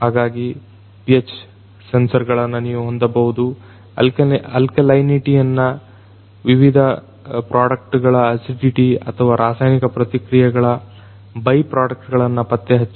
ಹಾಗಾಗಿ pH ಸೆನ್ಸರ್ಗಳನ್ನ ನೀವು ಹೊಂದಬಹುದು ಅಲ್ಕಲೈನಿಟಿಯನ್ನು ಅಥವಾ ವಿವಿಧ ಪ್ರಾಡಕ್ಟ್ ಗಳ ಅಸಿಡಿಟಿ ಅಥವಾ ರಾಸಾಯನಿಕ ಪ್ರತಿಕ್ರೀಯೆಗಳ ಬೈಪ್ರಾಡಕ್ಟ್ ಗಳನ್ನು ಪತ್ತೆಹಚ್ಚಲು